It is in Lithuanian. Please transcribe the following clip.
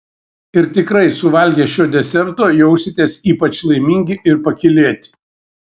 ir tikrai suvalgę šio deserto jausitės ypač laimingi ir pakylėti